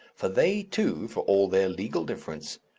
for they, too, for all their legal difference,